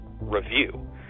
review